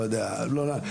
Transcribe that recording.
לא יודע,,